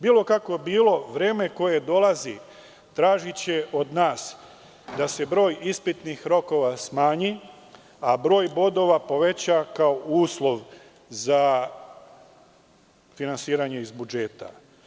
Bilo kako bilo, vreme koje dolazi tražiće od nas da se broj ispitnih rokova smanji, a broj bodova poveća kao uslov za finansiranje iz budžeta.